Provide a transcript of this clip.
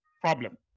problem